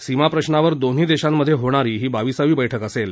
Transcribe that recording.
सीमाप्रशावर दोन्ही देशांमध्ये होणारी ही बाविसावी बैठक असेल